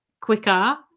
quicker